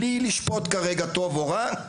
בלי לשפוט כרגע טוב או רע,